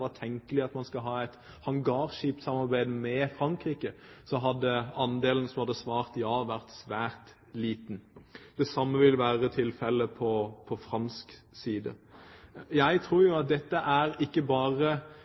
var tenkelig at man skulle ha et hangarskipsamarbeid med Frankrike, hadde andelen som svarte ja, vært svært liten. Det samme ville være tilfellet på fransk side. Jeg tror jo at det ikke bare